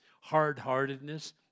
hard-heartedness